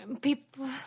People